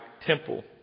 temple